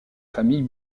famille